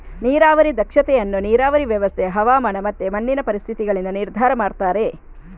ನೀರಾವರಿ ದಕ್ಷತೆ ಅನ್ನು ನೀರಾವರಿ ವ್ಯವಸ್ಥೆ, ಹವಾಮಾನ ಮತ್ತೆ ಮಣ್ಣಿನ ಪರಿಸ್ಥಿತಿಗಳಿಂದ ನಿರ್ಧಾರ ಮಾಡ್ತಾರೆ